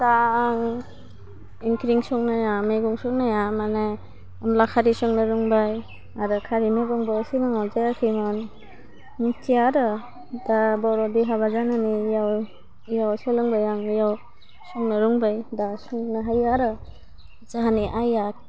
दा आं ओंख्रिं संनाया मेगं संनाया माने अनला खारि संनो रोंबाय आरो खारै मेगंबो सिगाङाव जायाखैमोन मिथिया आरो दा बर'दे हाबा जानानै इयाव इयाव सोलोंबाय आं इयाव संनो रोंबाय दा संनो हायो आरो जोंहानि आइआ